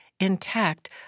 Intact